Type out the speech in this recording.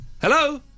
Hello